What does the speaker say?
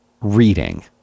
reading